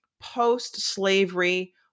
post-slavery